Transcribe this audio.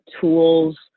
tools